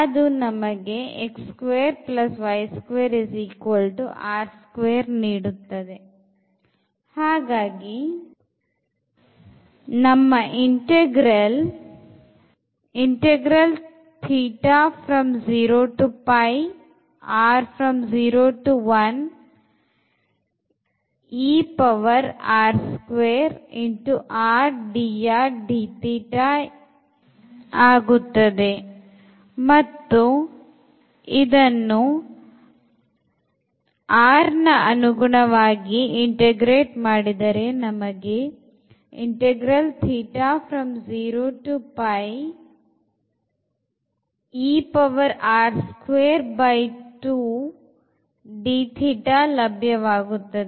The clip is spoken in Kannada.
ಅದು ನಮಗೆ ನೀಡುತ್ತದೆ